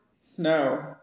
Snow